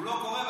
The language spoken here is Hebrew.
לא קורה,